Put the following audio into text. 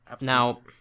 now